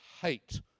hate